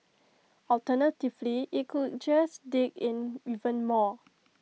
alternatively IT could just dig in even more